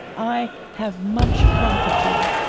i have much profited.